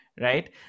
right